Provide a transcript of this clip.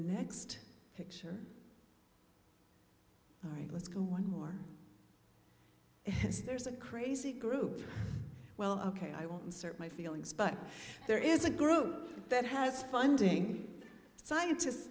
next picture all right let's go one more yes there's a crazy group well ok i won't insert my feelings but there is a group that has funding scientist